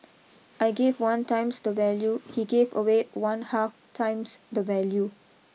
I gave one times the value he gave away one half times the value